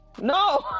No